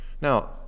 Now